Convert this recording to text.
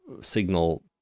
signal